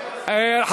במועד אחר.